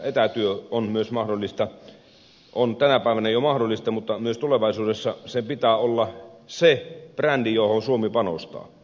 etätyö haja asutusalueella on tänä päivänä jo mahdollista mutta myös tulevaisuudessa sen pitää olla se brändi johon suomi panostaa